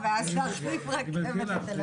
הוא יכול להיות מתאונה,